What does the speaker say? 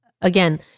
again